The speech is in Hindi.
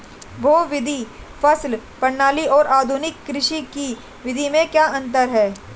बहुविध फसल प्रणाली और आधुनिक कृषि की विधि में क्या अंतर है?